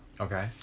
Okay